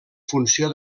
funció